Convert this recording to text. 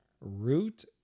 root